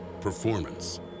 performance